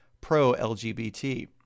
pro-LGBT